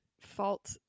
fault